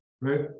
Right